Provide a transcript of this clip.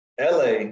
LA